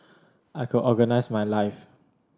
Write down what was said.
I could organise my life